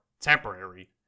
temporary